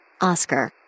Oscar